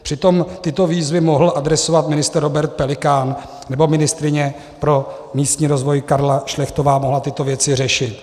Přitom tyto výzvy mohl adresovat ministr Robert Pelikán, nebo ministryně pro místní rozvoj Karla Šlechtová mohla tyto věci řešit.